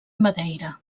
madeira